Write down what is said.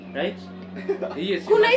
right